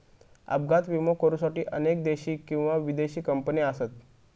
अपघात विमो करुसाठी अनेक देशी किंवा विदेशी कंपने असत